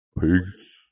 Peace